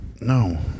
No